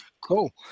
Cool